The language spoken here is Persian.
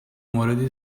موردی